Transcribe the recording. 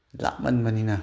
ꯂꯥꯞꯃꯟꯕꯅꯤꯅ